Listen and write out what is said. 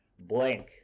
blank